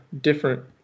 different